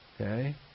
Okay